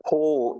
Paul